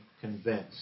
convinced